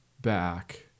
back